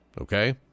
Okay